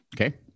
Okay